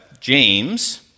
James